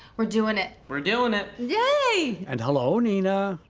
we're doing it. we're doing it. yay! and hello, nina.